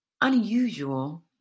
Unusual